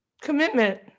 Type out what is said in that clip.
Commitment